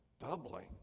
Doubling